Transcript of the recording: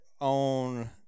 on